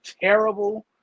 terrible